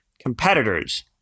competitors